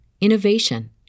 innovation